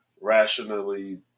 rationally